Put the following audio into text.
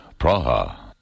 Praha